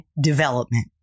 development